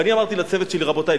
ואני אמרתי לצוות שלי: רבותי,